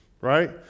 right